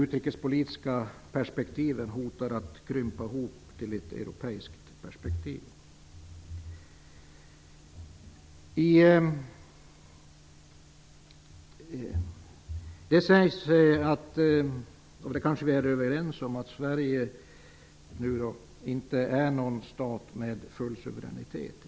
De utrikespolitiska perspektiven hotar att krympa ihop till ett europeiskt perspektiv. Det sägs, och det är vi kanske överens om, att Sverige inte är en stat med full suveränitet.